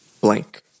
blank